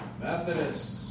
Methodists